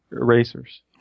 erasers